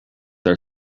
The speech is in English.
are